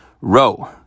row